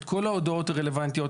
את כל ההודעות הרלוונטיות,